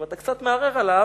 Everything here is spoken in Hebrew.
אם אתה קצת מערער עליו,